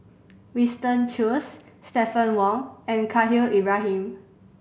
Winston Choos Stephanie Wong and Khalil Ibrahim